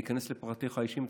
להיכנס לפרטיך האישיים,